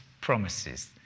promises